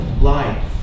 life